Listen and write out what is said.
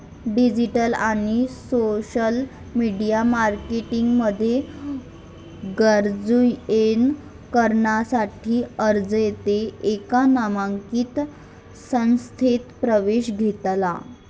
digital आणि social media marketing मध्ये graduation करण्यासाठी अजयने एका नामांकित संस्थेत प्रवेश घेतला